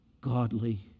godly